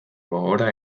gogora